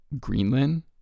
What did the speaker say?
Greenland